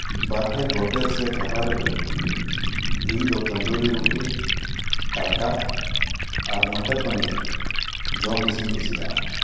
ᱵᱟᱨᱦᱮ ᱦᱳᱴᱮᱞ ᱥᱮ ᱰᱷᱟᱵᱟ ᱨᱮᱫᱚ ᱤᱧ ᱫᱚ ᱛᱟᱱᱫᱩᱨᱤ ᱨᱩᱴᱤ ᱛᱟᱲᱠᱟ ᱟᱨ ᱢᱟᱴᱚᱨ ᱯᱟᱱᱤᱨ ᱡᱚᱢ ᱵᱤᱥᱤᱧ ᱠᱩᱥᱤᱭᱟᱜᱼᱟ